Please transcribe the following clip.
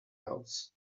house